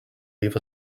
leave